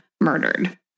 murdered